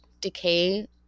decay